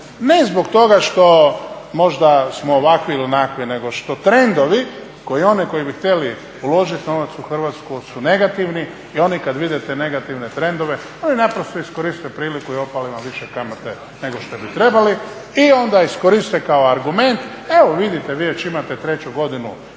Ne zbog toga što možda smo ovakvi ili onakvi, nego što trendovi koji oni koji bi htjeli uložiti novac u Hrvatsku su negativni i oni kad vide te negativne trendove oni naprosto iskoriste priliku i opale vam više kamate nego što bi trebali. I onda iskoriste kao argument. Evo vidite, vi već imate treću godinu